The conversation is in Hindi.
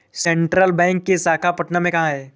सेंट्रल बैंक की शाखा पटना में कहाँ है?